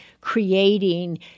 creating